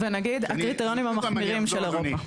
ונגיד הקריטריונים המחמירים של אירופה.